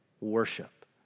worship